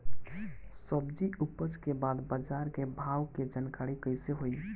सब्जी उपज के बाद बाजार के भाव के जानकारी कैसे होई?